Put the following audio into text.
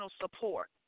support